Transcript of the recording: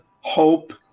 hope